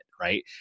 Right